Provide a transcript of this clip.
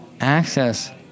access